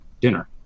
dinner